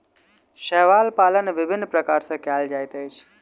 शैवाल पालन विभिन्न प्रकार सॅ कयल जाइत अछि